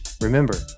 Remember